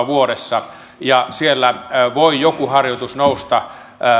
vuodessa ja siellä voi joku harjoitus nousta